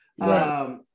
Right